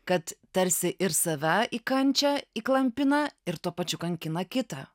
kad tarsi ir save į kančią įklampina ir tuo pačiu kankina kitą